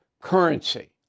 currency